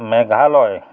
Meghalaya